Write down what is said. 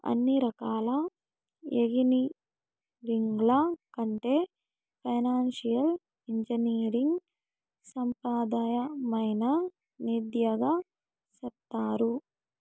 అన్ని రకాల ఎంగినీరింగ్ల కంటే ఫైనాన్సియల్ ఇంజనీరింగ్ సాంప్రదాయమైన విద్యగా సెప్తారు